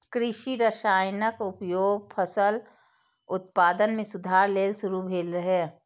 कृषि रसायनक उपयोग फसल उत्पादन मे सुधार लेल शुरू भेल रहै